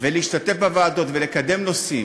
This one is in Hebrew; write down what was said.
להשתתף בוועדות ולקדם נושאים,